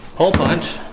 whole bunch.